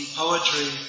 poetry